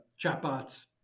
chatbots